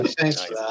thanks